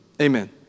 Amen